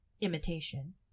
imitation